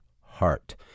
heart